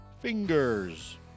Fingers